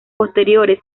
posteriores